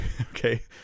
okay